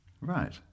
Right